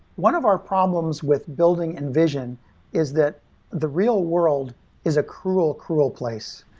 one of our problems with building invision is that the real world is a cruel, cruel place.